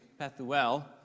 Pethuel